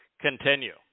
continue